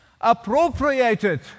appropriated